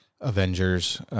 Avengers